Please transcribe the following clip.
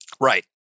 Right